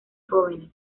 jóvenes